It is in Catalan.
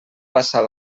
passar